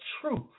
truth